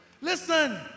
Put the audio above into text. Listen